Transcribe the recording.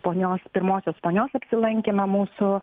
ponios pirmosios ponios apsilankymą mūsų